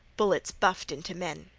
bullets buffed into men.